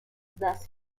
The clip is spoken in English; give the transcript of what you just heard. thus